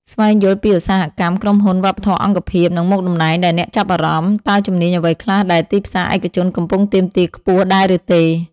ស្វែងយល់ពីឧស្សាហកម្ម ក្រុមហ៊ុន វប្បធម៌អង្គភាព និងមុខតំណែងដែលអ្នកចាប់អារម្មណ៍ តើជំនាញអ្វីខ្លះដែលទីផ្សារឯកជនកំពុងទាមទារខ្ពស់ដែរឬទេ។